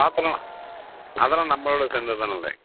பாத்தரம் அதெல்லாம் நம்மளோட சேர்ந்தது தானுங்களே